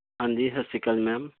ਹਾਂਜੀ ਸਤਿ ਸ਼੍ਰੀ ਅਕਾਲ ਮੈਮ